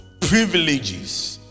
privileges